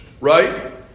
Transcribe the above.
right